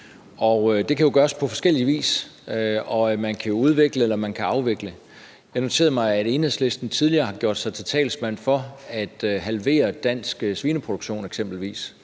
Det kan jo gøres på forskellig vis, og man kan udvikle, eller man kan afvikle. Jeg noterede mig, at Enhedslisten tidligere har gjort sig til talsmand for at halvere den danske svineproduktion eksempelvis,